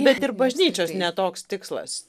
bet ir bažnyčios ne toks tikslas